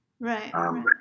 Right